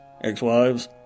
Ex-wives